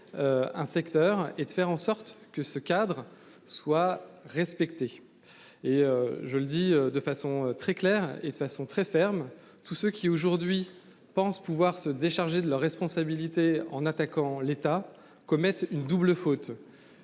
Un secteur et de faire en sorte que ce cadre soit respecté et je le dis de façon très claire et de façon très ferme. Tous ceux qui aujourd'hui pensent pouvoir se décharger de leur responsabilité en attaquant l'État commettre une double faute.